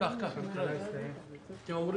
הישיבה